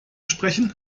sprechen